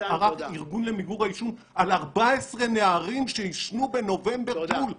על סמך סקר שערך הארגון למיגור העישון על 14 נערים שעישנו בנובמבר ג'ול?